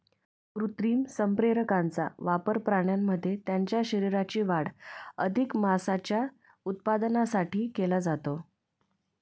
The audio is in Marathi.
कृत्रिम संप्रेरकांचा वापर प्राण्यांमध्ये त्यांच्या शरीराची वाढ अधिक मांसाच्या उत्पादनासाठी केला जातो